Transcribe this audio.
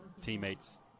teammates